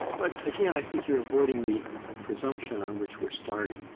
but, again, i think you're avoiding the ah presumption on which we're starting,